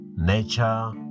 nature